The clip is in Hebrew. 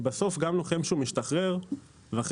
כי בסוף גם לוחם שהוא משתחרר ואחרי